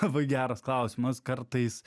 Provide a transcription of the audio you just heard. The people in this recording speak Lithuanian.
labai geras klausimas kartais